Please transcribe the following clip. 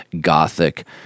gothic